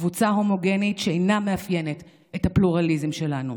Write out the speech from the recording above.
קבוצה הומוגנית שאינה מאפיינת את הפלורליזם שלנו.